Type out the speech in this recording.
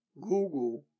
Google